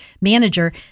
manager